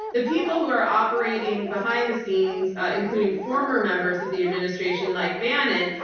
the people who are operating behind the scenes, including former members of the administration like bannon,